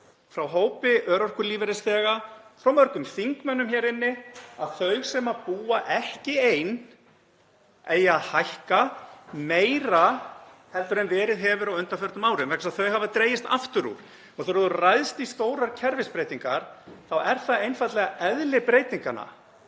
frá hópi örorkulífeyrisþega, frá mörgum þingmönnum hér inni að þau sem búa ekki ein eigi að hækka meira heldur en verið hefur á undanförnum árum vegna þess að þau hafa dregist aftur úr. Þegar ráðist er í stórar kerfisbreytingar er það einfaldlega eðli breytinganna